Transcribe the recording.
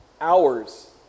hours